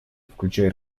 включая